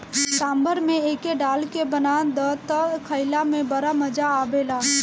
सांभर में एके डाल के बना दअ तअ खाइला में बड़ा मजा आवेला